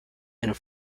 and